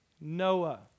Noah